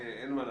אין מה לעשות.